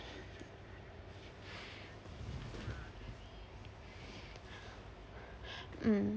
mm